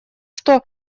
что